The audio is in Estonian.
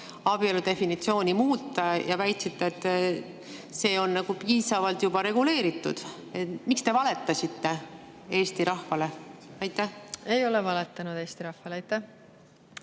abielu definitsiooni muuta, ja väitsite, et see on nagu piisavalt reguleeritud. Miks te valetasite Eesti rahvale? Ei ole valetanud Eesti rahvale. Mart